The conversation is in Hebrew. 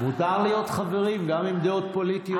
מותר להיות חברים גם עם דעות פוליטיות שונות.